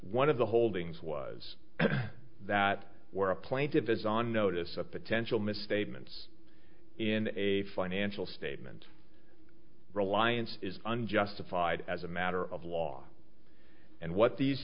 one of the holdings was that where a plaintive is on notice of potential misstatements in a financial statement reliance is unjustified as a matter of law and what these